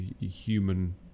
human